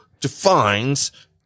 defines